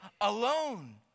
alone